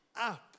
up